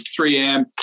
3M